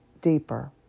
deeper